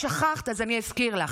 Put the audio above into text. צמצמת